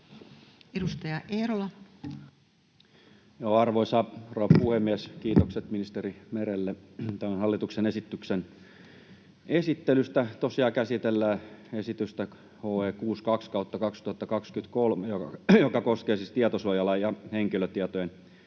Content: Arvoisa rouva puhemies! Kiitokset ministeri Merelle tämän hallituksen esityksen esittelystä. Tosiaan käsitellään esitystä HE 62/2023, joka koskee siis tietosuojalain ja henkilötietojen